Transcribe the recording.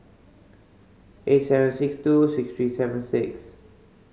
eight seven six two six three seven six